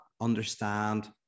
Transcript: understand